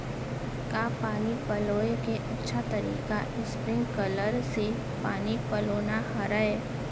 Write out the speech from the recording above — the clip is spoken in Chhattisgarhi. का पानी पलोय के अच्छा तरीका स्प्रिंगकलर से पानी पलोना हरय?